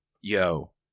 Yo